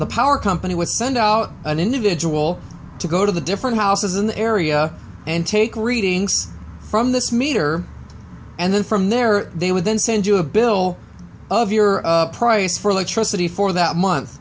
the power company with send out an individual to go to the different houses in the area and take readings from this meter and then from there they would then send you a bill of your price for electricity for that month